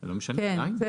זה לא משנה, עדיין.